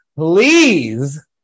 Please